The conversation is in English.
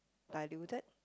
diluted